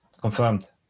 confirmed